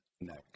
neck